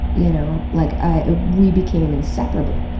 you know. like i we became inseparable.